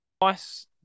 nice